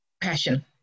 passion